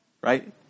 Right